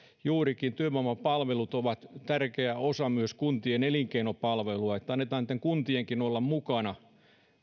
juurikin työvoimapalvelut ovat tärkeä osa myös kuntien elinkeinopalveluja että annetaan niitten kuntienkin olla mukana